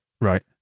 right